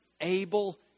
able